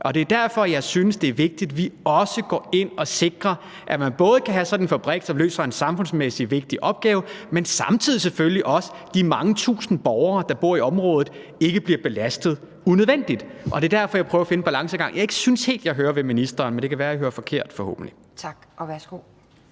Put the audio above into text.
Det er derfor, jeg synes, det er vigtigt, at vi også går ind og sikrer, at man både kan have sådan en fabrik, som løser en samfundsmæssig vigtig opgave, og at de mange tusind borgere, der bor i området, samtidig ikke bliver belastet unødvendigt. Det er derfor, jeg prøver at finde en balancegang, som jeg ikke helt synes jeg hører hos ministeren, men det kan være, jeg hører forkert – forhåbentlig. Kl.